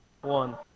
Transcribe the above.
one